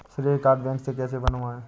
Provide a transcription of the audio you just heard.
श्रेय card bank से कैसे बनवाएं?